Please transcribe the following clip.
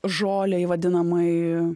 žolei vadinamai